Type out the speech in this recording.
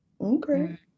okay